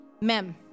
Mem